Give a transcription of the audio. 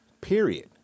Period